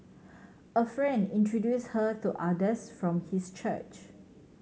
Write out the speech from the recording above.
a friend introduced her to others from his church